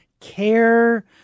care